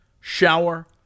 shower